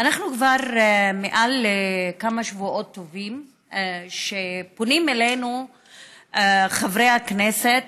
כבר כמה שבועות טובים שפונים אלינו חברי הכנסת,